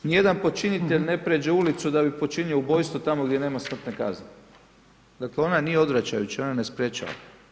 Nijedan počinitelj ne prijeđe ulicu da bi počinio ubojstvo tamo gdje nema smrtne kazne, dakle, ona nije odvraćajuća, ona ne sprječava.